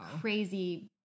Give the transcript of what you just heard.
crazy